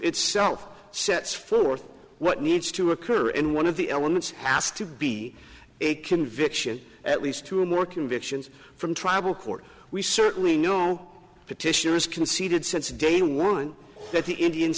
itself sets forth what needs to occur and one of the elements asked to be a conviction at least to a more convictions from tribal court we certainly know petitioners conceded since day one that the indian